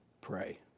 Pray